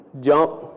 Jump